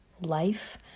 life